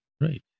Right